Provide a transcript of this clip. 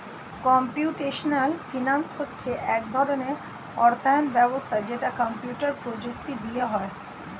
computational finance হচ্ছে এক ধরণের অর্থায়ন ব্যবস্থা যেটা কম্পিউটার প্রযুক্তি দিয়ে হয়